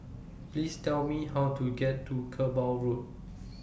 Please Tell Me How to get to Kerbau Road